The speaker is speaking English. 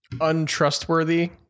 untrustworthy